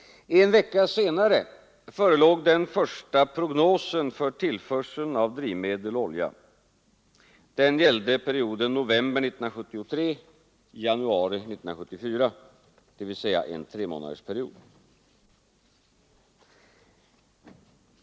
En vecka senare förelåg den första prognosen för tillförseln av drivmedel och olja. Den gällde perioden november 1973—januari 1974, dvs. en tremånadersperiod.